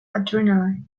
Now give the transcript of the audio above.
adrenaline